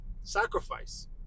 sacrifice